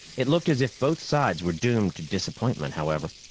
it looked as if both sides were doomed to disappointment, however.